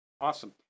Awesome